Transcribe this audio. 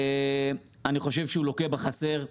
הנושא הזה לוקה בחסר.